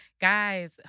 guys